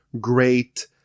great